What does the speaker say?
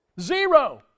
Zero